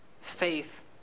faith